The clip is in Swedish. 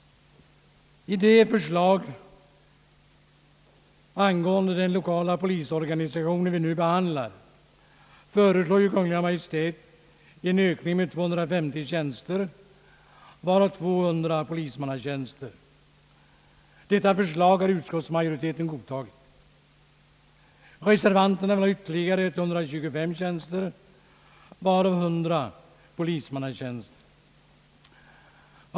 I det förslag vi nu behandlar angående den lokala polisorganisationen föreslår Kungl. Maj:t en ökning med 250 tjänster, varav 200 polismannatjänster. Detta förslag har utskottsmajoriteten godtagit. Reservanterna vill ha ytterligare 125 tjänster, varav 100 polismannatjänster.